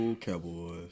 Cowboys